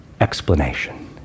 explanation